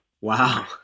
Wow